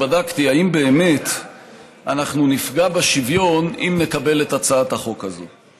הלכתי ובדקתי אם באמת אנחנו נפגע בשוויון אם נקבל את הצעת החוק הזאת.